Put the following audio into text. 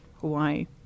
Hawaii